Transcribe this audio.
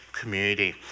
community